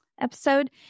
episode